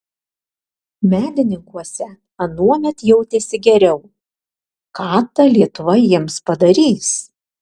medininkuose anuomet jautėsi geriau ką ta lietuva jiems padarys